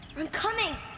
i'm coming!